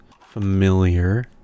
familiar